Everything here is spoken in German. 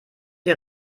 ihr